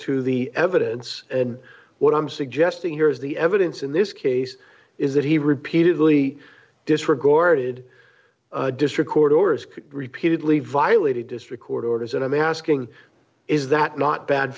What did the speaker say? to the evidence and what i'm suggesting here is the evidence in this case is that he repeatedly disregarded district court orders could repeatedly violated district court orders and i'm asking is that not bad